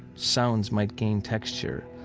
sounds might gain texture,